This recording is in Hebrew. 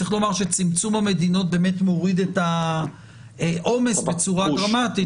צריך לומר שצמצום המדינות באמת מוריד את העומס בצורה דרמטית,